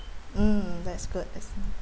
mm that's good